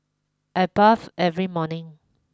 I bathe every morning